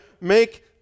make